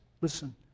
listen